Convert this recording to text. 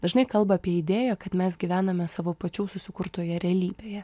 dažnai kalba apie idėją kad mes gyvename savo pačių susikurtoje realybėje